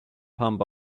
pump